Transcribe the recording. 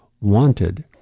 wanted